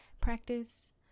practice